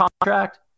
contract